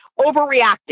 overreacting